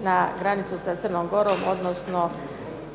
na granicu sa Crnom Gorom odnosno